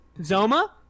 Zoma